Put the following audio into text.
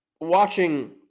watching